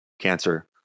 cancer